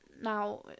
now